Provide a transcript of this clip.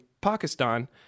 Pakistan